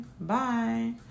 bye